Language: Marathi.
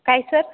काय सर